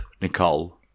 Nicole